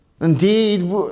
Indeed